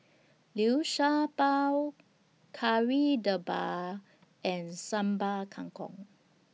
Liu Sha Bao Kari Debal and Sambal Kangkong